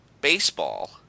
baseball